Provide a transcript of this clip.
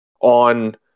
on